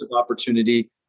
opportunity